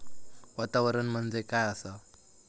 वातावरण म्हणजे काय आसा?